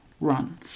run